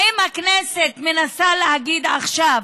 האם הכנסת מנסה להגיד עכשיו,